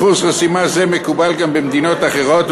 אחוז חסימה זה מקובל גם במדינות אחרות,